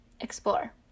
explore